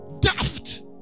Daft